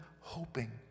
hoping